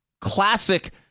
classic